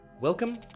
Welcome